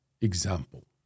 example